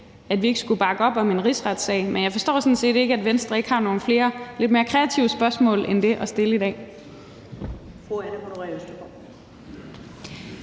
at vi ikke skulle bakke op om en rigsretssag. Men jeg forstår sådan set ikke, at Venstre ikke har nogen flere lidt mere kreative spørgsmål end det at stille i dag.